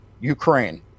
Ukraine